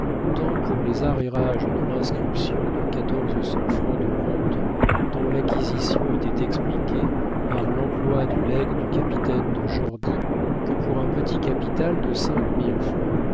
tant pour les arrérages de l'inscription de quatorze cents francs de rente dont l'acquisition était expliquée par l'emploi du legs du capitaine de jordy que pour un petit capital de